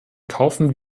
kaufen